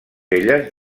elles